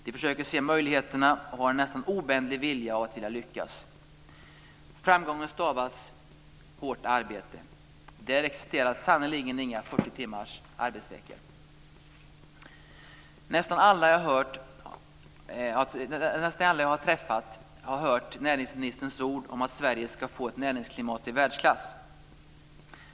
De försöker se möjligheterna och har en nästan obändig vilja att lyckas. Framgången stavas hårt arbete. Där existerar sannerligen inga Nästan alla jag träffat har hört näringsministerns ord om att Sverige ska få ett näringsklimat i världsklass.